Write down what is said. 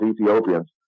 ethiopians